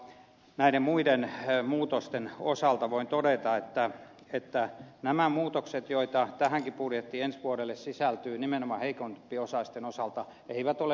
näiden muiden muutosten osalta voin todeta että nämä muutokset joita tähänkin budjettiin ensi vuodelle sisältyy nimenomaan heikompiosaisten osalta eivät ole leikkauksia